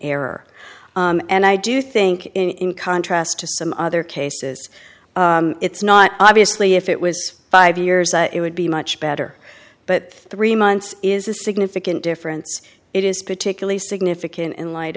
error and i do think in contrast to some other cases it's not obviously if it was five years it would be much better but three months is a significant difference it is particularly significant in light